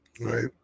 right